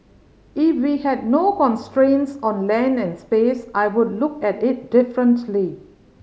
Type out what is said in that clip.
if we had no constraints on land and space I would look at it differently